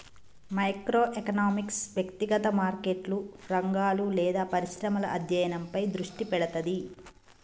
micro economics వ్యక్తిగత మార్కెట్లు, రంగాలు లేదా పరిశ్రమల అధ్యయనంపై దృష్టి పెడతది